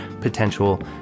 potential